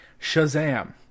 Shazam